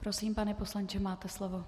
Prosím, pane poslanče, máte slovo.